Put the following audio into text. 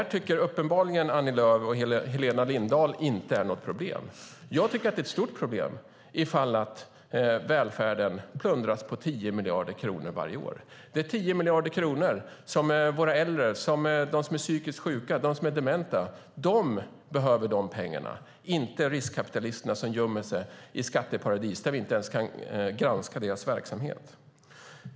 Det tycker uppenbarligen Annie Lööf och Helena Lindahl inte är något problem. Jag tycker att det är ett stort problem om välfärden plundras på 10 miljarder kronor varje år. Det är 10 miljarder kronor som de äldre, de psykiskt sjuka och de dementa behöver, inte riskkapitalisterna som gömmer sig i skatteparadis där vi inte ens kan granska deras verksamhet.